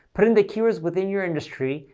put in the key words within your industry,